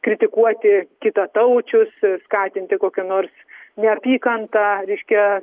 kritikuoti kitataučius skatinti kokią nors neapykantą reiškia